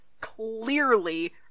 clearly